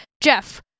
Jeff